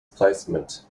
placement